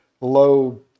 low